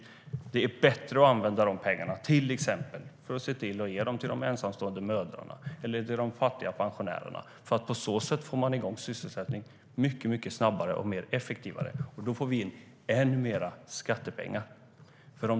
Det är bättre att ge de pengarna till exempelvis ensamstående mödrar eller fattiga pensionärer. På så sätt får man igång sysselsättningen mycket snabbare och effektivare, och då får vi in än mer skattepengar.